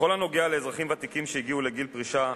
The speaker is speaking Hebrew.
בכל הקשור לאזרחים ותיקים שהגיעו לגיל פרישה,